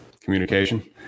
communication